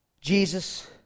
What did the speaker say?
Jesus